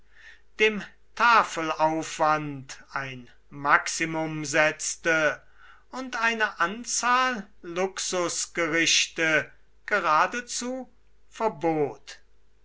dem tafelaufwand ein maximum setzte und eine anzahl luxusgerichte geradezu verbot